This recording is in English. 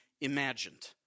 imagined